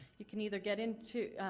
you can either get into